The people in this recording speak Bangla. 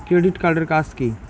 ক্রেডিট কার্ড এর কাজ কি?